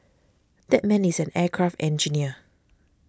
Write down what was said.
that man is an aircraft engineer